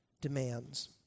demands